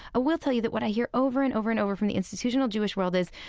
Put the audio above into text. will tell you that what i hear over and over and over from the institutional jewish world is,